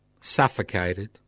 suffocated